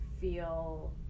feel